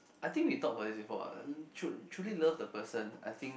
I think we talk about this before what true truly love the person I think